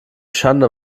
schande